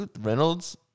Reynolds